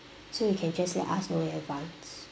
so you can just like us know in advance